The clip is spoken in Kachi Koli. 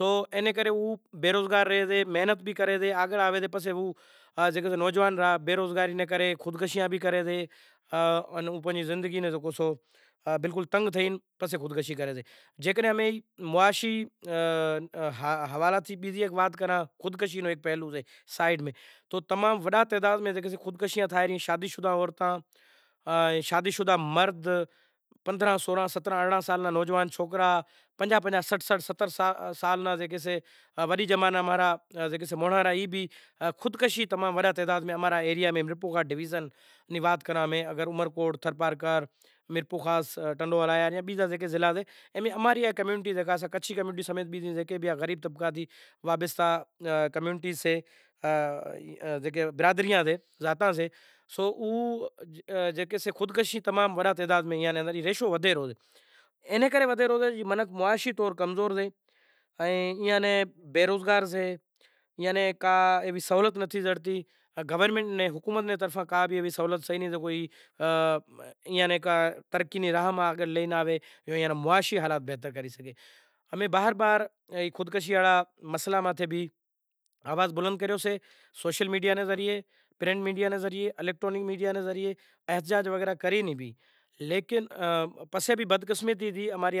اماں کنیں، سندہ میں جیوو کر گائے، ڈگھا نوں، انے آنپڑو بکرو، مرغی اینا ئے لیوا، کہ امیں سبزی استعمال کراں سئے کہ بھنڈی تھی گوار تھی، توریاں تھا کہ آپنڑیں کاریلا تھئی اے چیزوں امیں استعمال کراں سئے، بھینڈیوں، گوار تھیو ٹینڈا تھا، گرمی ری موسم میں تیار تھاشیں، باقی سائیں مٹر شئے، چپڑ ٹینڈا سئے، ای چیزوں شیاراں میں تیارتھیشیں۔ ٹھیک اے ای چیزیں امیں استعمال کراں سئاں، بیزی وات اے شئے کہ گوشت امیں وڈیارا قوم گھٹ استعمال کراسیاں، گوشت امیں استعمال نتھی کرتا چم کہ اکثر کرے امیں سناتن دھرم مطلب وشنو دیوا نیں پوجا کراں سے تو گوشت ماتھے امارو ایترو نتھی مطلب جیکو بھی سئہ امارو خاص کرے سبزی سئے دال سئہ کوئی پالک سئے ایوی ایوی چیزوں جیوو کر جیکو زمینی چیزوں سئہ ایوی چیزوں استعمال کراں سیاں، انے علاوا جیکو بھی شادی مرادی میں بھی امیں ایوی چیزوں مطلب کو چنڑا ری بھاجی ٹھائی کو بریانی ٹھاوی کو نمکین وگیرا کو مٹھو ٹھاہیو کو نان